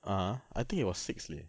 (uh huh) I think it was six leh